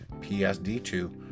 psd2